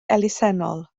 elusennol